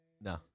No